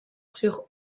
sur